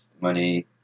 money